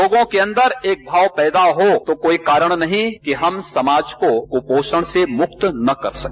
लोगों के अन्दर एक भाव पैदा हो तो कोई कारण नहीं है कि हम समाज को कुपोषण से मुक्त न कर सके